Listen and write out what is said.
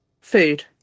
Food